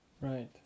Right